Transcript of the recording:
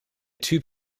typ